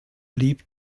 blieb